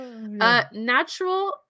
Natural